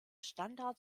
standard